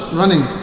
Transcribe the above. running